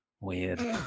weird